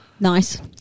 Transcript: Nice